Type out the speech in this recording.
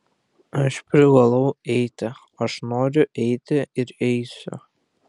aš privalau eiti aš noriu eiti ir eisiu